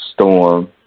Storm